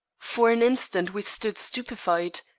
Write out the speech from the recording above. for an instant we stood stupefied,